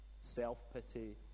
self-pity